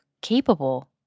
capable